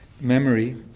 memory